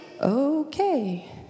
Okay